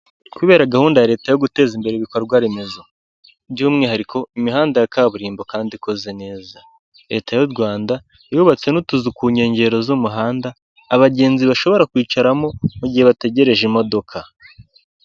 Kubera gahunda leta yo guteza imbere ibikorwa remezo. By'umwihariko, imihanda ya kaburimbo kandi ikoze neza. Leta y'u Rwanda yubatse n'utuzu ku nkengero z'umuhanda, abagenzi bashobora kwicaramo mu gihe bategereje imodoka.